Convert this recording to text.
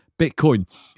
Bitcoin